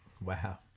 Wow